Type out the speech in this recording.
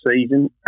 season